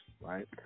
Right